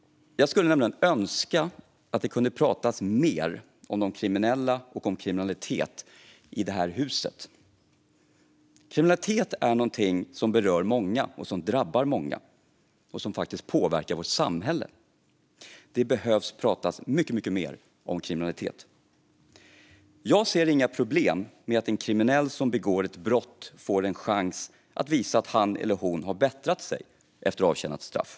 Jag skulle nämligen önska att det kunde pratas mer i det här huset om de kriminella och om kriminalitet. Kriminalitet är någonting som berör många, som drabbar många och som påverkar vårt samhälle. Det behöver pratas mycket mer om kriminalitet. Jag ser inga problem med att en kriminell som begår ett brott får en chans att visa att han eller hon har bättrat sig efter avtjänat straff.